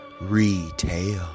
retail